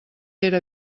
era